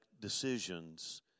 decisions